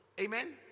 Amen